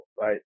right